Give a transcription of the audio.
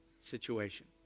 situation